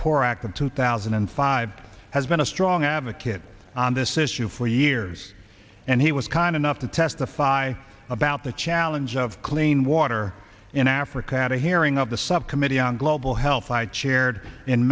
poor act of two thousand and five has been a strong advocate on this issue for years and he was kind enough to testify about the challenge of clean water in africa at a hearing of the subcommittee on global health i chaired in